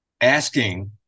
asking